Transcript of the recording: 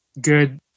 good